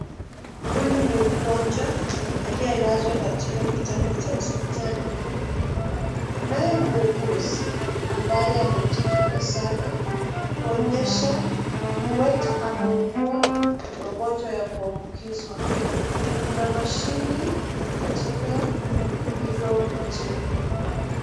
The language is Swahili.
Huyu ni mgonjwa aliyelazwa katika kitanda cha hospitali. Kunaye muuguzi ambaye amejikinga sana kuonyesha huenda ameugua magonjwa ya kuambukizwa. Kuna mashine katika hilo jengo.